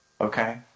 Okay